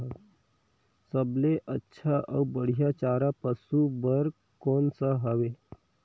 सबले अच्छा अउ बढ़िया चारा पशु बर कोन सा हवय?